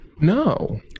No